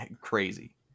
crazy